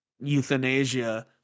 Euthanasia